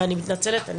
ואני מתנצלת.